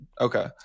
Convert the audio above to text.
okay